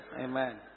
Amen